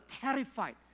terrified